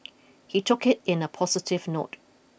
he took it in a positive note